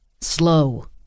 Slow